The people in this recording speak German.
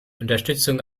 unterstützung